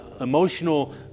emotional